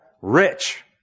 rich